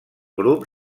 grup